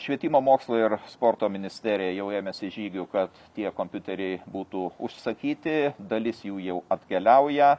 švietimo mokslo ir sporto ministerija jau ėmėsi žygių kad tie kompiuteriai būtų užsakyti dalis jų jau atkeliauja